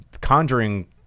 Conjuring